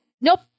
Nope